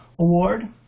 Award